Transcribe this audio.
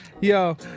yo